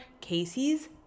Casey's